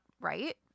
right